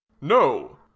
No